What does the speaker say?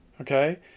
okay